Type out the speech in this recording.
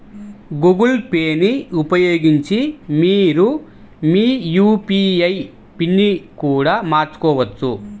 Google Pay ని ఉపయోగించి మీరు మీ యూ.పీ.ఐ పిన్ని కూడా మార్చుకోవచ్చు